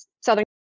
Southern